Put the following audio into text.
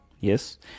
yes